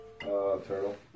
turtle